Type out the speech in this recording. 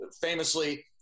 famously